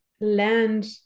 land